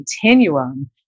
continuum